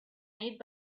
need